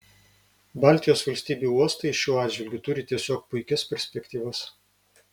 baltijos valstybių uostai šiuo atžvilgiu turi tiesiog puikias perspektyvas